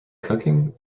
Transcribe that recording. cooking